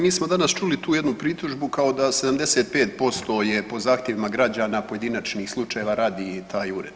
Mi smo danas čuli tu jednu pritužbu kao da 75% je po zahtjevima građana pojedinačnih slučajeva radi taj ured.